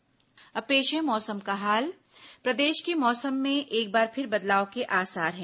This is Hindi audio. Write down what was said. मौसम और अब पेश है मौसम का हाल प्रदेश के मौसम में एक बार फिर बदलाव के आसार हैं